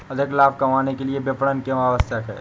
अधिक लाभ कमाने के लिए विपणन क्यो आवश्यक है?